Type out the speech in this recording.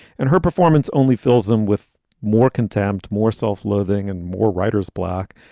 and her performance only fills them with more contempt, more self loathing and more writer's block.